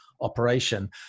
operation